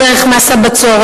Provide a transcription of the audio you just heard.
דרך מס הבצורת.